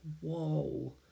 whoa